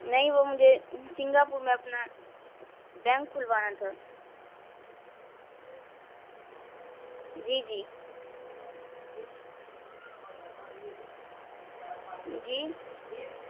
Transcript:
نہیں وہ مجھے سنگاپور میں اپنا بینک کھلوانا تھا جی جی جی